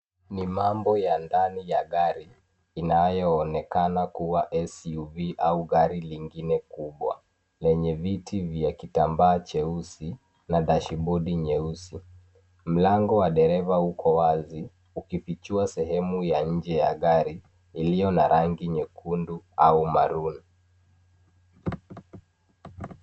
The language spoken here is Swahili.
Ni mambo ya ndani ya gari inayoonekana kuwa SUV au gari lingine kubwa, lenye viti vya kitambaa cheusi na dashibodi nyeusi. Mlango wa dereva uko wazi ukifichua sehemu ya nje ya gari iliyo na rangi nyekundu au maroon .